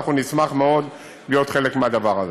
אנחנו נשמח מאוד להיות חלק מהדבר הזה.